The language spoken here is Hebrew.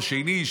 שני,